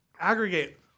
aggregate